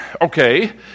Okay